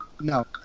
No